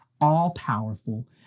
all-powerful